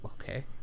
Okay